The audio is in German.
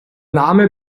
name